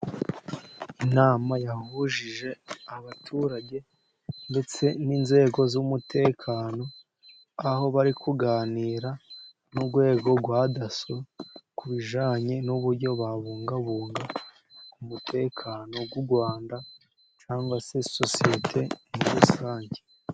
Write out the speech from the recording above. Inama yahuje abaturage ndetse n'inzego z'umutekano, aho bari kuganira n'urwego rwa Daso ku bijyanye n'uburyo babungabunga umutekano w'u Rwanda, cyangwa se sosiyete muri rusange.